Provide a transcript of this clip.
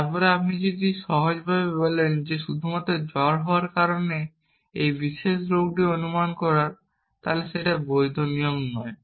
তারপর আপনি যদি সহজভাবে বলেন যে শুধুমাত্র জ্বর হওয়ার কারণে এটি এই বিশেষ রোগটি অনুমান করার বৈধ নিয়ম নয়